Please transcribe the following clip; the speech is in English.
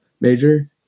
major